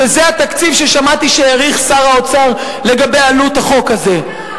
שזה התקציב ששמעתי שהעריך שר האוצר לגבי עלות החוק הזה.